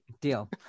Deal